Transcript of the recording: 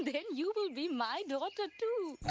then you will be my daughter, too.